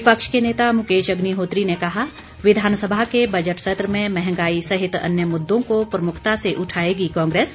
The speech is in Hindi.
विपक्ष के नेता मुकेश अग्निहोत्री ने कहा विधानसभा के बजट सत्र में महंगाई सहित अन्य मुददों को प्रमुखता से उठाएगी कांग्रेस